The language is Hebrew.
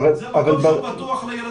שיהיה מקום בטוח לילדים.